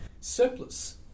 surplus